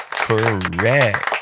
correct